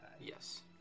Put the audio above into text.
Yes